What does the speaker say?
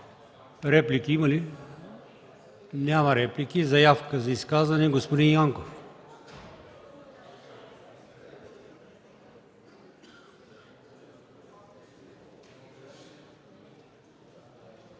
Реплики има ли? Няма. Заявка за изказване – господин Янков.